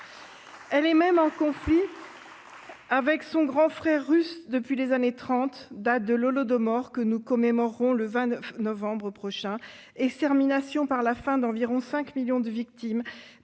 Elle est même en conflit avec son « grand frère russe » depuis les années 1930 et l'Holodomor- nous le commémorerons le 26 novembre prochain -, cette extermination par la faim d'environ cinq millions de victimes,